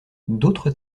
d’autres